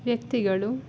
ವ್ಯಕ್ತಿಗಳು